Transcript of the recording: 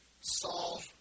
Saul